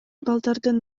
балдардын